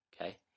Okay